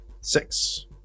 Six